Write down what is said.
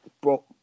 bro